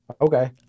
Okay